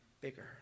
bigger